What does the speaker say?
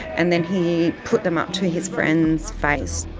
and then he put them up to his friend's face.